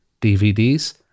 DVDs